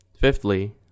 Fifthly